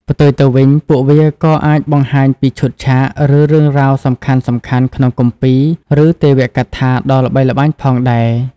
ផ្ទុយទៅវិញ ពួកវាក៏អាចបង្ហាញពី ឈុតឆាក ឬរឿងរ៉ាវសំខាន់ៗក្នុងគម្ពីរ ឬទេវកថា ដ៏ល្បីល្បាញផងដែរ។